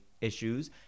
issues